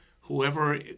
whoever